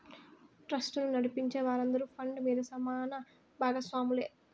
ట్రస్టును నడిపించే వారందరూ ఫండ్ మీద సమాన బాగస్వాములే